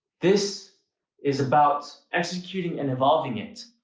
this is about executing and evolving it.